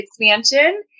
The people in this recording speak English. expansion